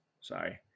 Sorry